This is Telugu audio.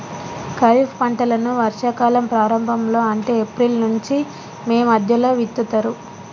ఖరీఫ్ పంటలను వర్షా కాలం ప్రారంభం లో అంటే ఏప్రిల్ నుంచి మే మధ్యలో విత్తుతరు